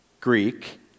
Greek